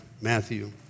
Matthew